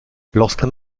lorsqu’un